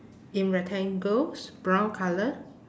in rectangles brown colour